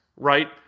right